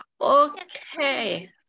Okay